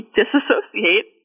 disassociate